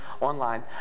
online